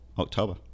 october